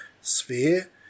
sphere